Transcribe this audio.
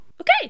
Okay